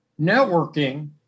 networking